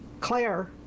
Claire